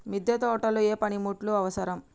మిద్దె తోటలో ఏ పనిముట్లు అవసరం?